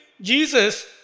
Jesus